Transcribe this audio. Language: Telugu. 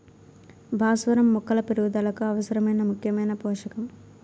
భాస్వరం మొక్కల పెరుగుదలకు అవసరమైన ముఖ్యమైన పోషకం